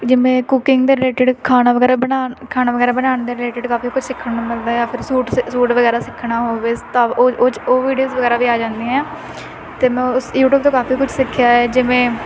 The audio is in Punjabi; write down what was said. ਜਿਵੇਂ ਕੁਕਿੰਗ ਦੇ ਰਿਲੇਟਿਡ ਖਾਣਾ ਵਗੈਰਾ ਬਣਾਉਣ ਖਾਣਾ ਵਗੈਰਾ ਬਣਾਉਣ ਦੇ ਰਿਲੇਟਿਡ ਕਾਫੀ ਕੁਛ ਸਿੱਖਣ ਨੂੰ ਮਿਲਦਾ ਆ ਫਿਰ ਸੂਟ ਸਿ ਸੂਟ ਵਗੈਰਾ ਸਿੱਖਣਾ ਹੋਵੇ ਤਾਂ ਉਹ ਉਹ ਚ ਉਹ ਵੀਡੀਓਜ਼ ਵਗੈਰਾ ਵੀ ਆ ਜਾਂਦੀਆਂ ਅਤੇ ਮੈਂ ਉਸ ਯੂਟਿਊਬ ਤੋਂ ਕਾਫੀ ਕੁਝ ਸਿੱਖਿਆ ਹੈ ਜਿਵੇਂ